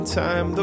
time